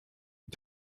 und